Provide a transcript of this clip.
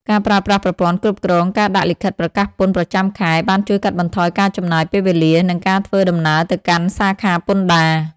ការប្រើប្រាស់ប្រព័ន្ធគ្រប់គ្រងការដាក់លិខិតប្រកាសពន្ធប្រចាំខែបានជួយកាត់បន្ថយការចំណាយពេលវេលា និងការធ្វើដំណើរទៅកាន់សាខាពន្ធដារ។